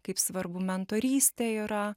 kaip svarbu mentorystė yra